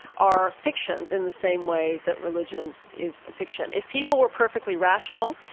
are fictions in the same way that religion is a fiction. if people were perfectly rational,